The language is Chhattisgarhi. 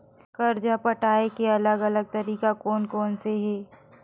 कर्जा पटाये के अलग अलग तरीका कोन कोन से हे?